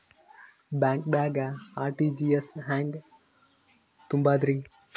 ಬ್ಯಾಂಕ್ದಾಗ ಆರ್.ಟಿ.ಜಿ.ಎಸ್ ಹೆಂಗ್ ತುಂಬಧ್ರಿ?